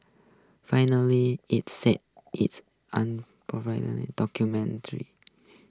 finally it said its